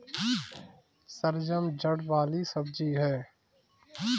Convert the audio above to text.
शलजम जड़ वाली सब्जी है